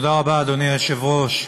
אדוני היושב-ראש,